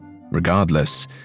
Regardless